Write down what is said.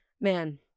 Man